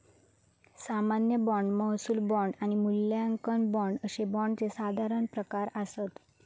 सामान्य बाँड, महसूल बाँड आणि मूल्यांकन बाँड अशे बाँडचे साधारण प्रकार आसत